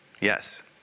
Yes